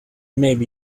maybe